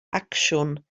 acsiwn